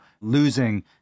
losing